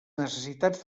necessitats